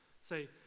Say